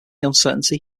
uncertainty